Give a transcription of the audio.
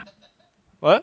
what